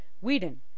Whedon